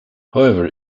however